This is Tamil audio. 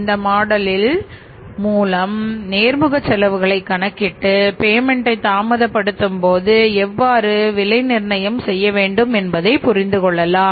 இந்த மாடலின் தாமதப்படுத்தும் போது எவ்வாறு விலை நிர்ணயம் செய்ய வேண்டும் என்பதை புரிந்து கொள்ளலாம்